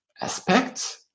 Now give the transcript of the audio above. aspects